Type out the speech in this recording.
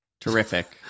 Terrific